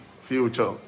future